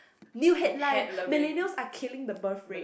new headline millennials are killing the birth rate